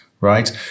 right